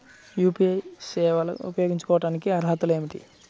UPI సేవలు ఉపయోగించుకోటానికి అర్హతలు ఏమిటీ?